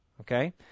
Okay